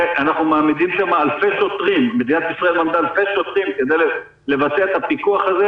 אנחנו מעמידים שם אלפי שוטרים כדי לבצע את הפיקוח הזה.